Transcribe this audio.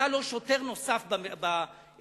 אתה לא שוטר נוסף במשטרה,